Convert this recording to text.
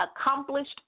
accomplished